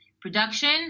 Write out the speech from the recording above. production